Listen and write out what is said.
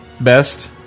best